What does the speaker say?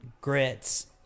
grits